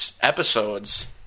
Episodes